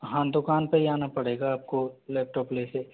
हाँ दुकान पे ही आना पड़ेगा आपको लैपटॉप लेके